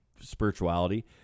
spirituality